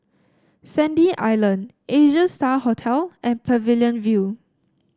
Sandy Island Asia Star Hotel and Pavilion View